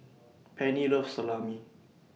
Penny loves Salami